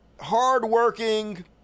hardworking